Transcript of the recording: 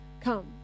come